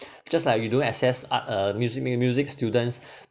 just like we don't assess art uh music mu~music students